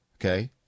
Okay